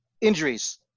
injuries